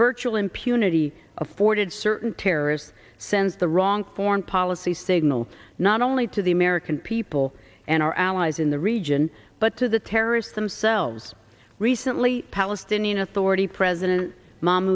virtual impunity afforded certain terrorists sends the wrong foreign policy signal not only to the american people and our allies in the region but to the terrorists themselves recently palestinian authority president m